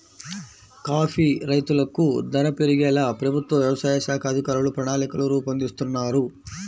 coffee రైతులకు ధర పెరిగేలా ప్రభుత్వ వ్యవసాయ శాఖ అధికారులు ప్రణాళికలు రూపొందిస్తున్నారు